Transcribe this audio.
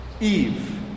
Eve